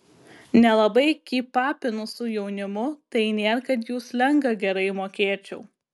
nelabai kypapinu su jaunimu tai nėr kad jų slengą gerai mokėčiau